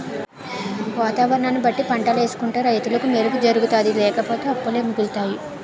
వాతావరణాన్ని బట్టి పంటలేసుకుంటే రైతులకి మేలు జరుగుతాది లేపోతే అప్పులే మిగులుతాయి